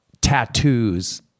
tattoos